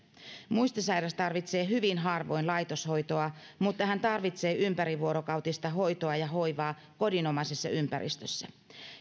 muistisairas tarvitsee hyvin harvoin laitoshoitoa mutta hän tarvitsee ympärivuorokautista hoitoa ja hoivaa kodinomaisessa ympäristössä